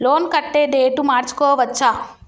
Loan కట్టే date మార్చుకోవచ్చా?